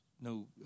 no